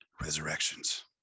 Resurrections